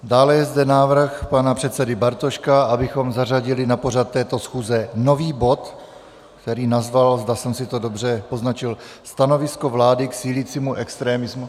Dále je zde návrh pana předsedy Bartoška, abychom zařadili na pořad této schůze nový bod, který nazval, zdali jsem si to dobře poznačil, Stanovisko vlády k sílícímu extremismu...